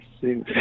see